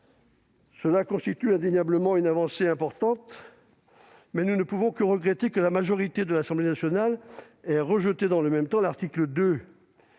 Cela constitue indéniablement une avancée importante, mais nous ne pouvons que regretter que la majorité de l'Assemblée nationale ait rejeté dans le même temps l'article 2